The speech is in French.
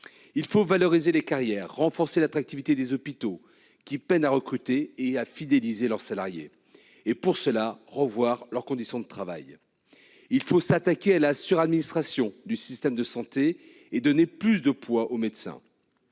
Il faut valoriser les carrières, renforcer l'attractivité des hôpitaux, qui peinent à recruter et à fidéliser leurs salariés, et pour cela revoir leurs conditions de travail. Il faut s'attaquer à la « suradministration » du système de santé et donner plus de poids aux médecins.